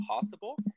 possible